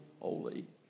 holy